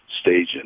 staging